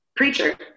Preacher